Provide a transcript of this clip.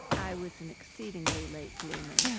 i was an exceedingly late bloomer